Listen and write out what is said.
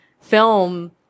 film